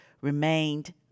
remained